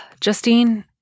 Justine